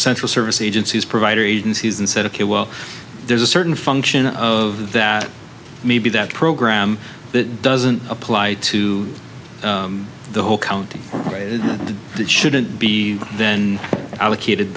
central service agencies provider agencies and said ok well there's a certain function of that maybe that program that doesn't apply to the whole county or it shouldn't be then allocated